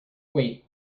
wait